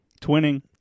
Twinning